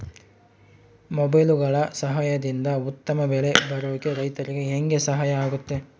ಮೊಬೈಲುಗಳ ಸಹಾಯದಿಂದ ಉತ್ತಮ ಬೆಳೆ ಬರೋಕೆ ರೈತರಿಗೆ ಹೆಂಗೆ ಸಹಾಯ ಆಗುತ್ತೆ?